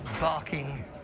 Barking